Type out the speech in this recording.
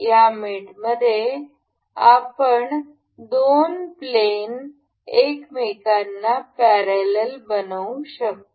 या मेटमध्ये आपण दोन प्लॅन एकमेकांना पॅरलल बनवू शकतो